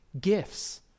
gifts